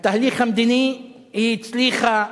בתהליך המדיני היא הצליחה.